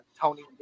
Tony